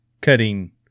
cutting